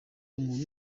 umuntu